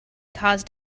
caused